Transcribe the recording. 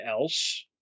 else